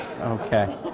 Okay